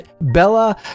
Bella